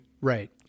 right